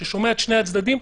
ששומע את שני הצדדים,